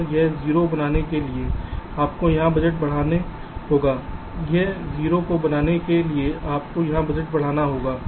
तो यह 0 बनाने के लिए आपको यहाँ बजट बढ़ाना होगा इस 0 को बनाने के लिए आपको यहाँ बजट बढ़ाना होगा